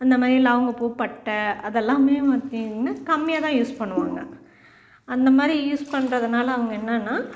அந்த மாதிரி லவங்கப்பூ பட்டை அதெல்லாமே பார்த்தீங்கன்னா கம்மியாக தான் யூஸ் பண்ணுவாங்க அந்த மாதிரி யூஸ் பண்றதினால அவங்க என்னென்னால்